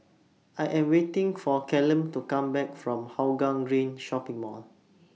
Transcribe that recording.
I Am waiting For Callum to Come Back from Hougang Green Shopping Mall